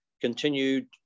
continued